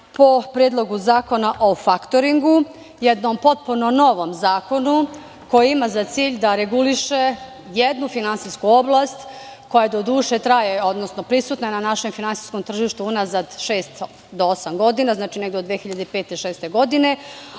po Predlogu zakona o faktoringu, jednom potpuno novom zakonu, koji ima za cilj da reguliše jednu finansijsku oblast koja, doduše, traje, odnosno prisutna je na našem finansijskom tržištu unazad šest do osam godina, znači, negde od 2005-2006. godine,